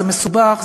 זה מסובך,